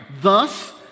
thus